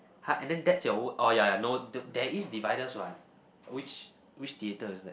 !huh! and then that's your w~ oh ya ya no there is dividers what which which theater is that